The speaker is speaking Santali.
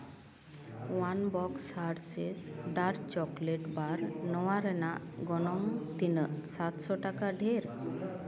one box Hershey's dark chocolate bar ᱱᱚᱣᱟ ᱨᱮᱱᱟᱜ ᱜᱚᱱᱚᱝ ᱛᱤᱱᱟᱹᱜ ᱥᱟᱛᱥᱚ ᱴᱟᱠᱟ ᱰᱷᱮᱹᱨ